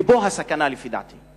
ופה הסכנה לפי דעתי.